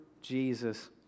Jesus